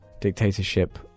dictatorship